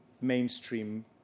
mainstream